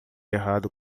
errado